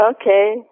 Okay